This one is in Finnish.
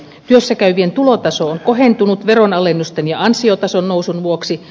työssä käyvien tulotaso on kohentunut veronalennusten ja ansiotason nousun vuoksi